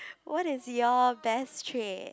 what is your best trait